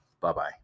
Bye-bye